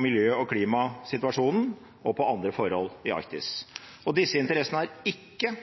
miljø- og klimasituasjonen og andre forhold i Arktis. Disse interessene er ikke,